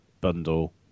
bundle